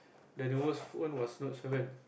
the the best phone was Note-seven